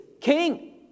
king